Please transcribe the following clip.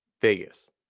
Vegas